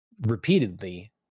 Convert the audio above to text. Repeatedly